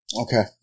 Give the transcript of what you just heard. Okay